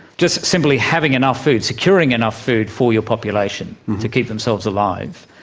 just simply having enough food, securing enough food for your population to keep themselves alive.